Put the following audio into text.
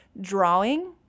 Drawing